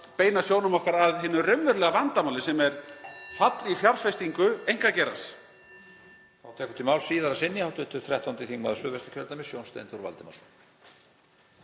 beina sjónum okkar að hinu raunverulega vandamáli sem er fall í fjárfestingu einkageirans.